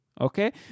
Okay